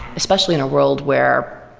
especially in a world where